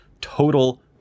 total